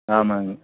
ஆமாங்க